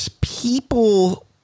people